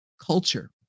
culture